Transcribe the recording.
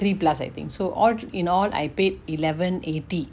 three plus I think so all in all I paid eleven eighty